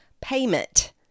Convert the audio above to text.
payment